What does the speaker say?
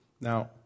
Now